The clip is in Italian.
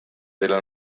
nella